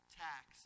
tax